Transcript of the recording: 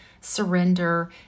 surrender